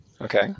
Okay